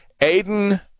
Aiden